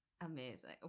amazing